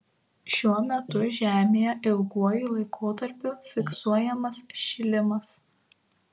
šiuo metu žemėje ilguoju laikotarpiu fiksuojamas šilimas